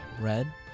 Red